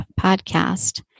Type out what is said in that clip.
podcast